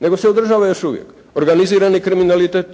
nego se održava i još uvijek organizirani kriminalitet,